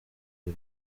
uyu